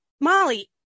Molly